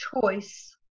choice